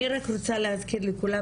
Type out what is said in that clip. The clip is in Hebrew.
אני רק רוצה להזכיר לכולם,